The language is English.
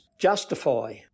justify